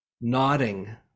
nodding